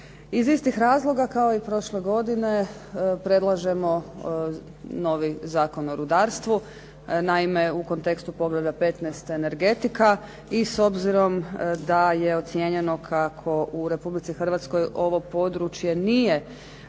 Iz istih razloga kao i prošle godine, predlažemo novi Zakon o rudarstvu. Naime, u kontekstu poglavlja 15. – Energetika i s obzirom da je ocijenjeno kako u Republici Hrvatskoj ovo područje nije